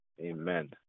Amen